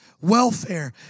welfare